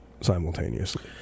simultaneously